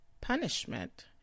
Punishment